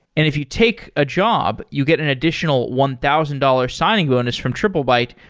if you take a job, you get an additional one thousand dollars signing bonus from triplebyte,